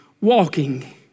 walking